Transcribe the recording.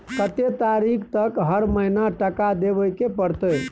कत्ते तारीख तक हर महीना टका देबै के परतै?